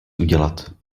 udělat